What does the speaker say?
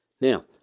Now